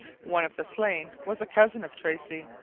one of the slain was a cousin of tracy,